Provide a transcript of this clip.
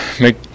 make